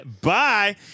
Bye